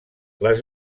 les